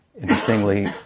Interestingly